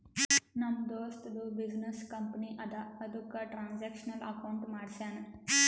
ನಮ್ ದೋಸ್ತದು business company ಅದಾ ಅದುಕ್ಕ ಟ್ರಾನ್ಸ್ಅಕ್ಷನಲ್ ಅಕೌಂಟ್ ಮಾಡ್ಸ್ಯಾನ್